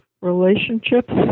relationships